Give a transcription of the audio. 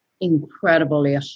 incredibly